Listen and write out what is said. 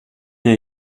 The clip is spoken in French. bien